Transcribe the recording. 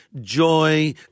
Joy